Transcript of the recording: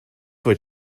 what